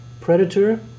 Predator